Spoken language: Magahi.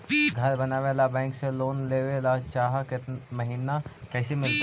घर बनावे ल बैंक से लोन लेवे ल चाह महिना कैसे मिलतई?